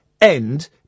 end